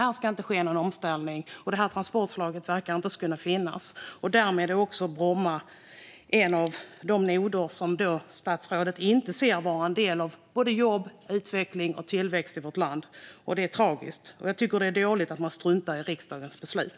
Här ska det inte ske någon omställning, och det här transportslaget verkar inte ens kunna finnas. Därmed är också Bromma en av de noder som statsrådet inte ser som en del av jobb, utveckling och tillväxt i vårt land. Det är tragiskt. Jag tycker att det är dåligt att man struntar i riksdagens beslut.